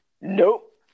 Nope